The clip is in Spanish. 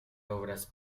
obras